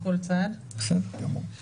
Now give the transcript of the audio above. אני אגיד